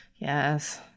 yes